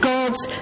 God's